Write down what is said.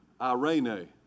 irene